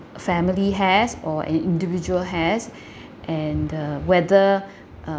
a family has or an individual has and uh whether uh